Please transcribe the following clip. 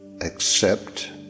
accept